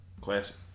Classic